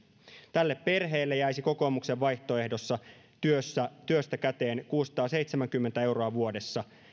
tälle perheelle jäisi kokoomuksen vaihtoehdossa työstä käteen kuusisataaseitsemänkymmentä euroa vuodessa